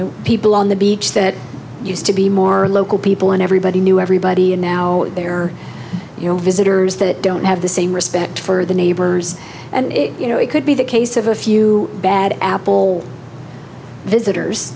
know people on the beach that used to be more local people and everybody knew everybody and now they are you know visitors that don't have the same respect for the neighbors and you know it could be the case of a few bad apple visitors